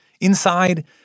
Inside